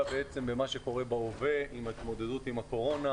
במה שקורה בהווה עם ההתמודדות עם הקורונה,